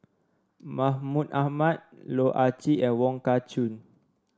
Mahmud Ahmad Loh Ah Chee and Wong Kah Chun